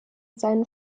seinen